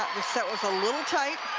the set was a little tight.